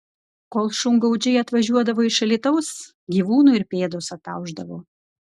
kol šungaudžiai atvažiuodavo iš alytaus gyvūnų ir pėdos ataušdavo